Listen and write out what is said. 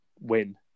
win